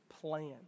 plan